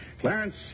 Clarence